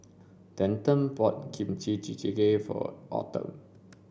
Denton bought Kimchi Jjigae for Autumn